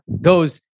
goes